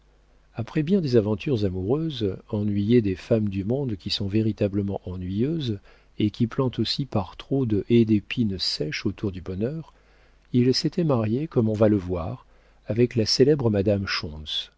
après bien des aventures amoureuses ennuyé des femmes du monde qui sont véritablement ennuyeuses et qui plantent aussi par trop de haies d'épines sèches autour du bonheur il s'était marié comme on va le voir avec la célèbre madame